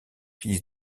fils